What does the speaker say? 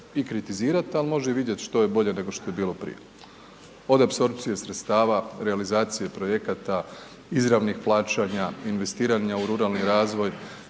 i kritizirati, ali može vidjeti što je bolje nego što je bilo prije, od apsorpcije sredstava, realizacije projekata, izravnih plaćanja, investiranja u ruralni razvoj.